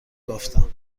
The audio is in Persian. بافتم